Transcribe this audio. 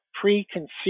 preconceived